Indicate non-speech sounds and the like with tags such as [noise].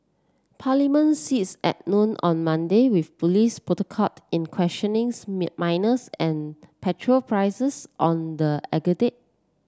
parliament sits at noon on Monday with police protocol in questioning [unintelligible] minors and petrol prices on the [unintelligible]